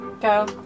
Go